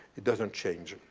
it doesn't change.